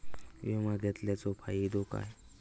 विमा घेतल्याचो फाईदो काय?